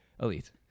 Elite